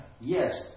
yes